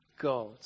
God